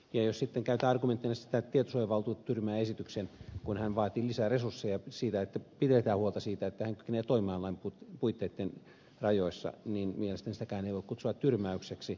jos sitten käytetään argumenttina sitä että tietosuojavaltuutettu tyrmää esityksen kun hän vaati lisää resursseja että pidetään huolta siitä että hän kykenee toimimaan lain puitteitten rajoissa niin mielestäni sitäkään ei voi kutsua tyrmäykseksi